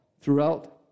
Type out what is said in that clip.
throughout